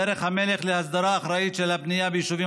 דרך המלך להסדרה אחראית של הבנייה ביישובים